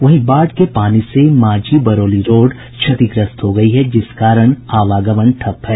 वहीं बाढ़ के पानी से कारा मांझी बरौली रोड क्षतिग्रस्त हो गयी है जिस कारण आवागमन ठप है